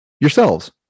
yourselves